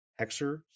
Hexer